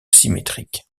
symétrique